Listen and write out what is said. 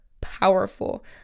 powerful